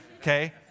Okay